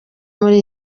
muri